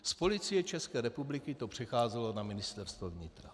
Z Policie České republiky to přecházelo na Ministerstvo vnitra.